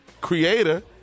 creator